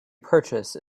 purchase